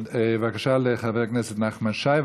בבקשה, חבר הכנסת נחמן שי.